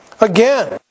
Again